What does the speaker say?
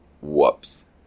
Whoops